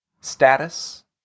status